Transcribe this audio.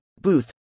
Booth